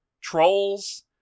trolls